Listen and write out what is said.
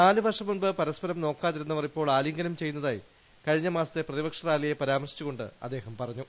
നാലു വർഷം മുമ്പ് പരസ്പരം നോക്കാതിരുന്നവർ ഇപ്പോൾ ആലിംഗനം ചെയ്യുന്നതായി കഴിഞ്ഞ മാസത്തെ പ്രതിപക്ഷ റാലിയെ പരാമർശിച്ചുകൊണ്ട് അദ്ദേഹം പറഞ്ഞു